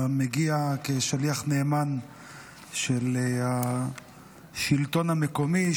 אתה מגיע כשליח נאמן של השלטון המקומי,